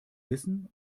wissen